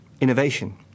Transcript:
innovation